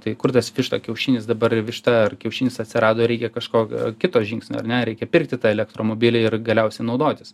tai kur tas višta kiaušinis dabar višta ar kiaušinis atsirado reikia kažkokio kito žingsnio ar ne reikia pirkti tą elektromobilį ir galiausiai naudotis